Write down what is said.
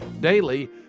Daily